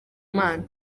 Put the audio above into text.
imana